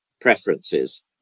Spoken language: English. preferences